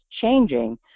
changing